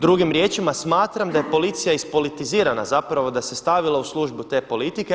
Drugim riječima, smatram da je policija ispolitizirana zapravo da se stavila u službu te politike.